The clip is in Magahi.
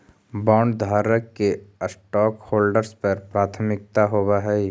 बॉन्डधारक के स्टॉकहोल्डर्स पर प्राथमिकता होवऽ हई